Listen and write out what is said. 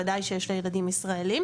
ודאי שיש לה ילדים ישראלים,